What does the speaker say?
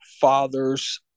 father's